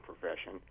profession